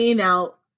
out